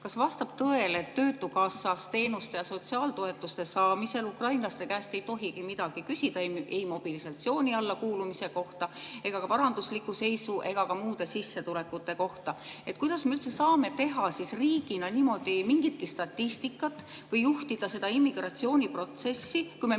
kas vastab tõele, et töötukassast teenuste ja sotsiaaltoetuste saamisel ukrainlaste käest ei tohigi midagi küsida, ei mobilisatsiooni alla kuulumise kohta, varandusliku seisu ega ka muude sissetulekute kohta? Kuidas me üldse saame teha riigina niimoodi mingitki statistikat või juhtida seda immigratsiooniprotsessi, kui meil